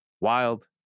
wild